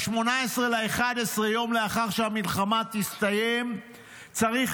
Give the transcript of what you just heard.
ב-18 בנובמבר: "יום לאחר שהמלחמה תסתיים צריך